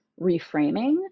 reframing